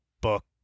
book